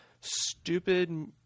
stupid